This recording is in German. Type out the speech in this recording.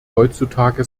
heutzutage